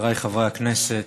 חבריי חברי הכנסת,